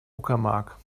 uckermark